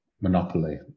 Monopoly